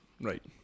Right